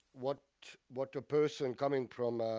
what what a person coming from,